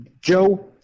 Joe